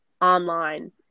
online